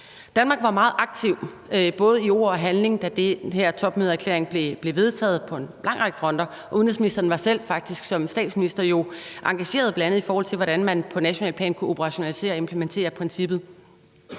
Danmark var meget aktiv både i ord og handling, da den her topmødeerklæring blev vedtaget, på en lang række fronter. Udenrigsministeren var faktisk selv som statsminister engageret i, bl.a. hvordan man på nationalt plan kunne operationalisere og implementere princippet.